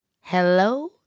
Hello